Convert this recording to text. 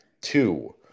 Two